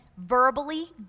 verbally